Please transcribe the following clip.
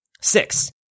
Six